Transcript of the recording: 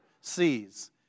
sees